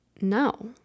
no